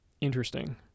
interesting